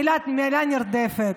מילה נרדפת.